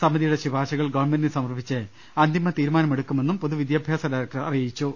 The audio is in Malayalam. സമിതിയുടെ ശുപാർശകൾ ഗവൺമെന്റിന് സമർപ്പിച്ച് അന്തിമ തീരുമാനമെടു ക്കുമെന്നും പൊതുവിദ്യാഭ്യാസ ഡയറക്ടർ അറിയിച്ചു